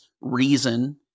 reason